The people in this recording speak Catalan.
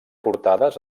portades